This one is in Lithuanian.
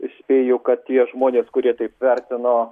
spėju kad tie žmonės kurie taip vertino